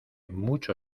mucho